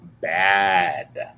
bad